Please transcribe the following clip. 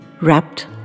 wrapped